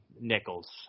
nickels